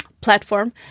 platform